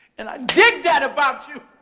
and i dig that about you.